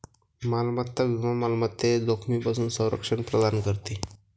मालमत्ता विमा मालमत्तेच्या जोखमीपासून संरक्षण प्रदान करते